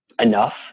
enough